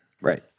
Right